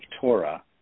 Torah